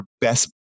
best